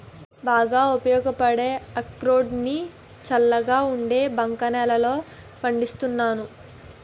బాగా ఉపయోగపడే అక్రోడ్ ని చల్లగా ఉండే బంక నేలల్లో పండిస్తున్నాను